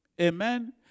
Amen